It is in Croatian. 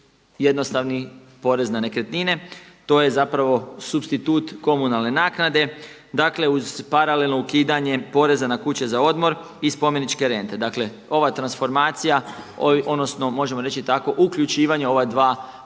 jednostavni porez na nekretnine. To je zapravo supstitut komunalne naknade. Dakle, uz paralelno ukidanje poreza na kuće za odmor i spomeničke rente. Dakle, ova transformacija odnosno možemo reći tako uključivanje ova dva porezna